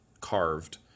carved